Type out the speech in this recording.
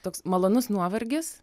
toks malonus nuovargis